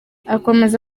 akomeza